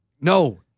No